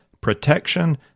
protection